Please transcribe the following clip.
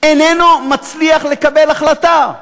איננו מצליח לקבל החלטה.